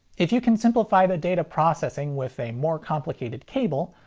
if you can simplify the data processing with a more complicated cable,